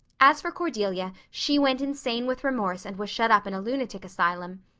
as for cordelia, she went insane with remorse and was shut up in a lunatic asylum.